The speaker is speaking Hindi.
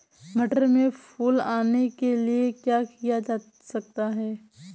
मटर में फूल आने के लिए क्या किया जा सकता है?